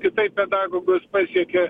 kitaip pedagogus pasiekia